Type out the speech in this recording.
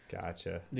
Gotcha